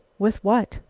with what?